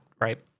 right